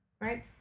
right